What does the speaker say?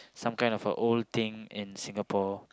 some kind of a old thing in Singapore